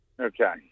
Okay